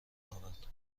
آورد